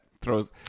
throws